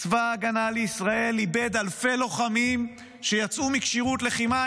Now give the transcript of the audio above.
צבא הגנה לישראל איבד אלפי לוחמים שיצאו מכשירות לחימה.